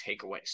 takeaways